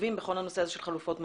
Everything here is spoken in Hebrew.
החשובים בכל הנושא הזה של חלופות מעצר.